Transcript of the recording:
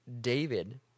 David